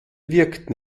wirkt